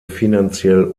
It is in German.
finanziell